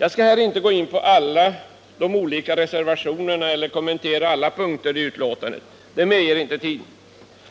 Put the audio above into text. Jag skall här inte gå in på alla reservationer eller kommentera alla punkter i betänkandet, det medger inte tiden.